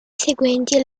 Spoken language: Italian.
seguenti